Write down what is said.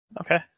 okay